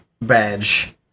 badge